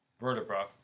vertebra